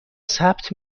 ثبت